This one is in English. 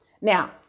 Now